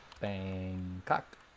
Bangkok